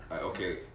Okay